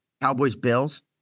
Cowboys-Bills